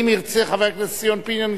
אם ירצה חבר הכנסת ציון פיניאן,